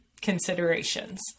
considerations